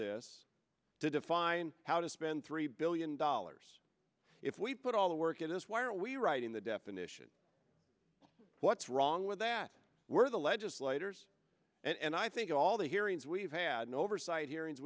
this to define how to spend three billion dollars if we put all the work in this why are we writing the definition what's wrong with that we're the legislators and i think all the hearings we've had no oversight hearings